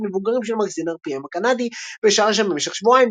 למבוגרים של מגזין RPM הקנדי ושהה שם במשך שבועיים,